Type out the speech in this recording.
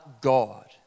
God